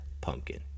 Pumpkin